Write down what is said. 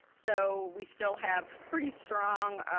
so we still have pretty strong